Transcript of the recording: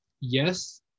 yes